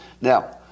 Now